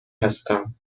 هستم